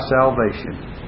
salvation